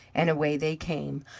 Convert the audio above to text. and away they came,